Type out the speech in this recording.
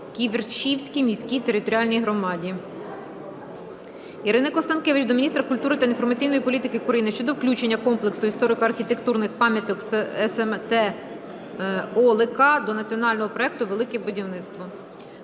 Ківерцівській міській територіальній громаді. Ірини Констанкевич до міністра культури та інформаційної політики України щодо включення комплексу історико-архітектурних пам’яток смт Олика до національного проекту "Велике будівництво".